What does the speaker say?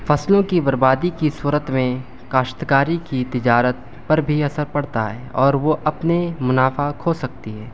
فصلوں کی بربادی کی صورت میں کاشتکاری کی تجارت پر بھی اثر پڑتا ہے اور وہ اپنے منافع کھو سکتی ہے